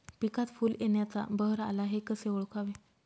पिकात फूल येण्याचा बहर आला हे कसे ओळखावे?